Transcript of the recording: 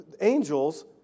angels